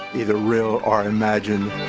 either real or imagined